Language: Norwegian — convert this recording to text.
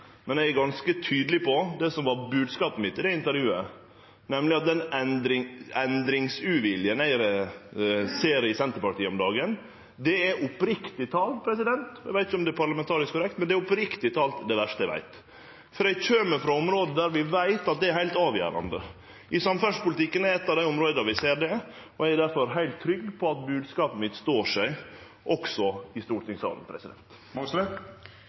Men eg er ganske tydeleg på det som var bodskapet mitt i det intervjuet, nemleg at den endringsuviljen ein ser i Senterpartiet om dagen, er oppriktig talt – eg veit ikkje om det er parlamentarisk korrekt – det verste eg veit. Eg kjem frå eit område der vi veit at det er heilt avgjerande. Samferdselspolitikken er eitt av dei områda der vi ser det, og eg er difor heilt trygg på at bodskapet mitt står seg også i stortingssalen.